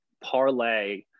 parlay